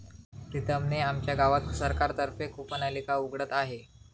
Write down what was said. प्रीतम ने आमच्या गावात सरकार तर्फे कूपनलिका उघडत आहे